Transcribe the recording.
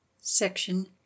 Section